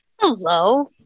Hello